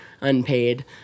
unpaid